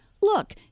Look